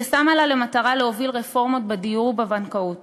ששמה לה למטרה להוביל רפורמות בדיור ובבנקאות